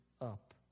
up